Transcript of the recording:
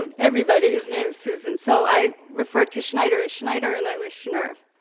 um everybody is named susan. so i referred to schneider as schneider and i was schnur.